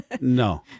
No